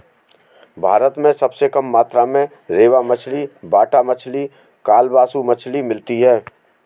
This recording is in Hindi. भारत में सबसे कम मात्रा में रेबा मछली, बाटा मछली, कालबासु मछली मिलती है